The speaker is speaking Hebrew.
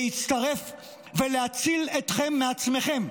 להצטרף ולהציל אתכם מעצמכם.